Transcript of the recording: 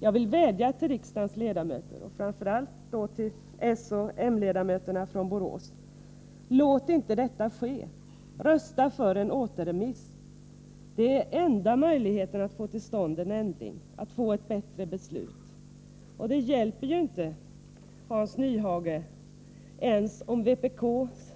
Jag vill vädja till riksdagens ledamöter — och framför allt till de socialdemokratiska och moderata ledamöterna från Borås: Låt inte detta ske! Rösta för en återremiss! Det är enda möjligheten att få till stånd en ändring, att få till stånd ett bättre beslut. Det hjälper inte, Hans Nyhage, ens om vpk:s,